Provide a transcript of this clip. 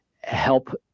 help